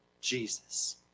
Jesus